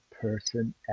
person